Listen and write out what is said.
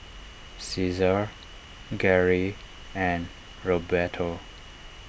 Caesar Garey and Roberto